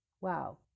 Wow